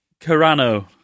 Carano